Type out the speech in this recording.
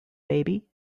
baby